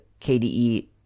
KDE